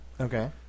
Okay